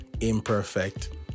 imperfect